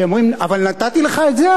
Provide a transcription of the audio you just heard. שאומרות: אבל נתתי לך את זה,